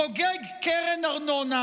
חוגג קרן ארנונה,